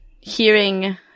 hearing